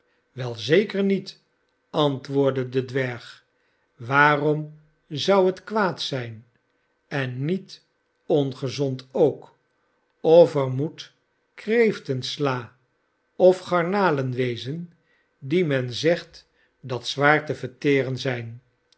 wei zeker niet antwoordde de dwerg waarom zou het kwaad zijn en niet ongezond ook of er moet kreeftensla of garnalen wezen die men zegt dat zwaar te verteren zijn